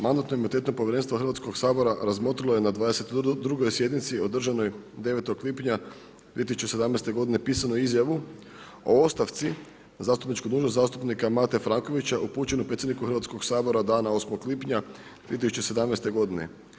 Mandatn-imunitetno povjerenstvo Hrvatskoga sabora razmotrilo je na 22. sjednici održanoj 9. lipnja 2017. godine pisanu izjavu o ostavci na zastupničku dužnost zastupnika Mate Frankovića upućenu predsjedniku Hrvatskoga sabora dana 8. lipnja 2017. godine.